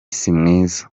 simwiza